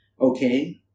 Okay